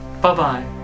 Bye-bye